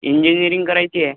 engineering करायची आहे